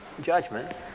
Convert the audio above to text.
judgment